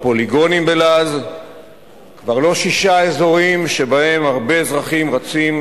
או פוליגונים בלעז כבר לא שישה אזורים שבהם הרבה אזרחים רצים